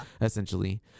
Essentially